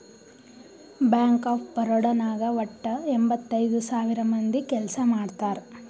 bank of Baroda ನಾಗ್ ವಟ್ಟ ಎಂಭತ್ತೈದ್ ಸಾವಿರ ಮಂದಿ ಕೆಲ್ಸಾ ಮಾಡ್ತಾರ್